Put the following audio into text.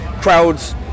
crowds